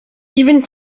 even